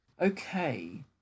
Okay